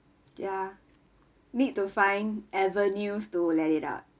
ya need to find avenues to let it out